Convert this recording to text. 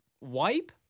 wipe